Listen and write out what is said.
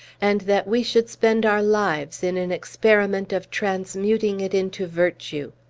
and that we should spend our lives in an experiment of transmuting it into virtue!